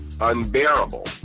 unbearable